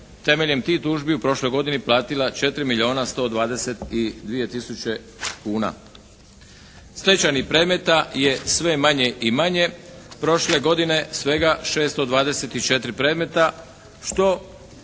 temeljem tih tužbi u prošloj godini platila 4 milijuna 122 tisuće kuna. Stečajnih predmeta je sve manje i manje. Prošle godine svega 624 predmeta što